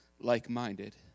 like-minded